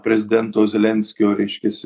prezidento zelenskio reiškiasi